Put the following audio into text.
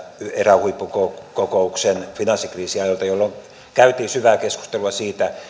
erään huippukokouksen finanssikriisiajoilta jolloin käytiin syvää keskustelua siitä